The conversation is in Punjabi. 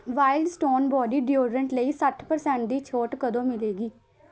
ਵਾਈਲਡ ਸਟੋਨ ਬੋਡੀ ਡੀਓਡਰੈਂਟ ਲਈ ਸੱਠ ਪਰਸੈਂਟ ਦੀ ਛੋਟ ਕਦੋਂ ਮਿਲੇਗੀ